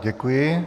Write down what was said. Děkuji.